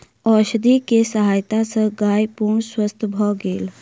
औषधि के सहायता सॅ गाय पूर्ण स्वस्थ भ गेल